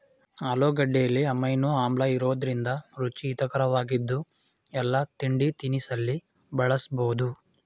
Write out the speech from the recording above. ಆಲೂಗೆಡ್ಡೆಲಿ amino ಆಮ್ಲಇರೋದ್ರಿಂದ ರುಚಿ ಹಿತರಕವಾಗಿದ್ದು ಎಲ್ಲಾ ತಿಂಡಿತಿನಿಸಲ್ಲಿ ಬಳಸ್ಬೋದು